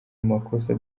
amakosa